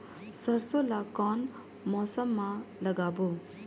सरसो ला कोन मौसम मा लागबो?